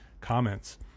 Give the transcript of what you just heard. comments